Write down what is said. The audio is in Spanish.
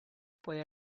puede